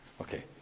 Okay